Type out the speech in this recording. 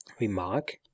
Remark